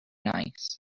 nice